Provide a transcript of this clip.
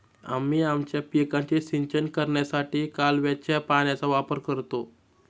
आम्ही आमच्या पिकांचे सिंचन करण्यासाठी कालव्याच्या पाण्याचा वापर करतो